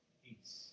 peace